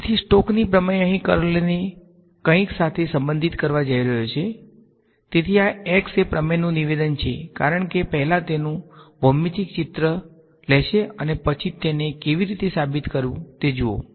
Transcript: તેથી સ્ટોકની પ્રમેય અહીં કર્લને કંઈક સાથે સંબંધિત કરવા જઈ રહ્યો છે તેથી આ x એ પ્રમેયનું નિવેદન છે કારણ કે પહેલા તેનું ભૌમિતિક ચિત્ર લેશે અને પછી તેને કેવી રીતે સાબિત કરવું તે જુઓ